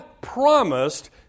promised